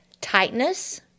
tightness